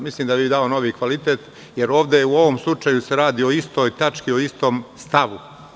Mislim da bi dalo novi kvalitet, jer u ovom slučaju se radi o istoj tački, o istom stavu.